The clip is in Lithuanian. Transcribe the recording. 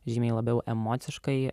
žymiai labiau emociškai